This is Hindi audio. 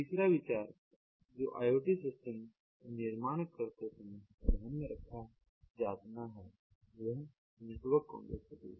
तीसरा विचार जो IoT सिस्टम का निर्माण करते समय ध्यान में रखा जाना है वह नेटवर्क कॉम्पलेक्सिटी है